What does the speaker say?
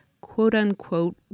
quote-unquote